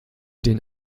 den